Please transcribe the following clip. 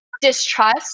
distrust